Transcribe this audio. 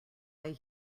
way